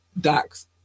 docs